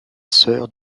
sœur